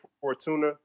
Fortuna